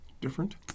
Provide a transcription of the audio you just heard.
different